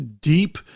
deep